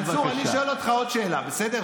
מנסור, אני שואל אותך עוד שאלה, בסדר?